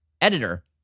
editor